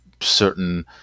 certain